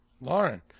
Lauren